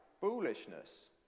foolishness